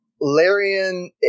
Larian